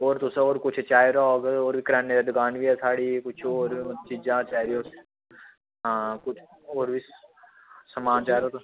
होर कुछ तुसें चाहिदा होग किराने दी दुकान बी ऐ साढ़ी कुछ होर चीज़ां चाही दियां आं कुछ होर बी समान चाहिदा होग अंजी